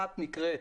אחת נקראת